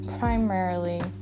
Primarily